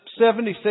76